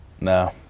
No